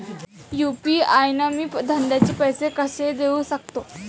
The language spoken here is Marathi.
यू.पी.आय न मी धंद्याचे पैसे कसे देऊ सकतो?